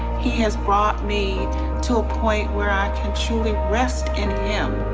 he has brought me to a point where i can truly rest in him.